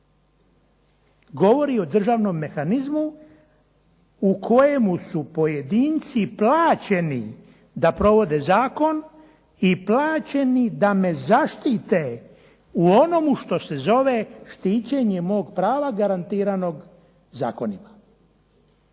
Govori o državnom mehanizmu u kojemu su pojedinci plaćeni da provode zakon i plaćeni da me zaštite u onomu što se zove štićenje mog prava, garantiranog zakonima.